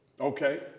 Okay